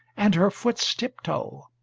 and her foot's tip-toe,